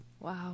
Wow